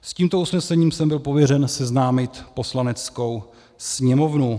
S tímto usnesením jsem byl pověřen seznámit Poslaneckou sněmovnu.